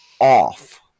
off